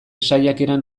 saiakeran